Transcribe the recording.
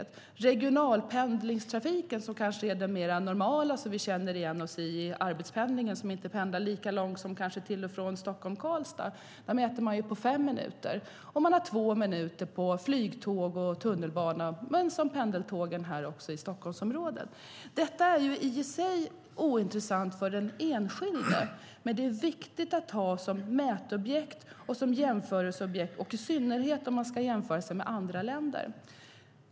I regionalpendlingstrafiken, som vi känner igen oss i när det gäller arbetspendling och som inte går lika långt, är det fem minuter. Och det är två minuter på flygtåg, tunnelbana och pendeltågen här i Stockholmsområdet. Det är ointressant för den enskilde, men det är viktigt att ha som mätobjekt och jämförelseobjekt, i synnerhet om man ska jämföra sig med andra länder.